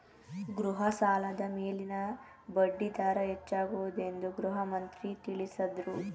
ಗೃಹ ಸಾಲದ ಮೇಲಿನ ಬಡ್ಡಿ ದರ ಹೆಚ್ಚಾಗುವುದೆಂದು ಗೃಹಮಂತ್ರಿ ತಿಳಸದ್ರು